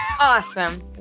awesome